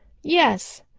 yes,